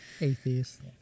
Atheist